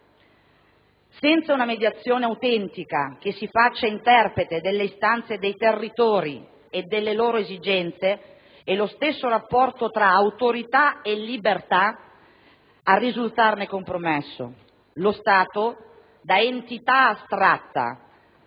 Senza una mediazione autentica che si faccia interprete delle istanze dei territori e delle loro esigenze è lo stesso rapporto tra «autorità» e «libertà» a risultarne compromesso. Lo Stato da entità astratta